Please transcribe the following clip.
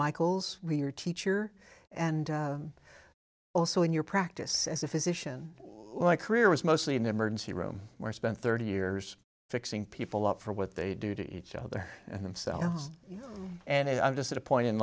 michael's we are teacher and also in your practice as a physician my career is mostly in the emergency room where i spent thirty years fixing people up for what they do to each other and themselves and i'm just at a point in